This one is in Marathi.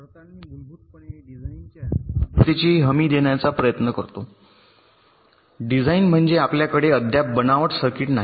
पडताळणी मूलभूतपणे डिझाइनच्या शुद्धतेची हमी देण्याचा प्रयत्न करतो डिझाइन म्हणजे आपल्याकडे अद्याप बनावट सर्किट नाही